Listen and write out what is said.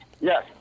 Yes